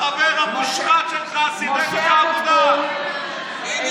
החבר המושחת שלך סידר לך עבודה ב-50,000 שקל.